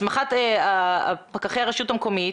הסמכת פקחי הרשות המקומית,